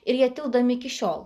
ir jie tildomi iki šiol